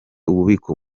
ububiko